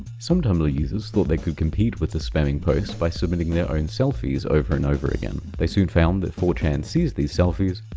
some tumblr users thought they could compete with the spamming posts by submitting their own selfies over and over again. they soon found that four chan sees these selfies,